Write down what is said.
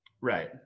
Right